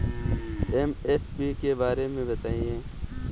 MSP के बारे में बतायें?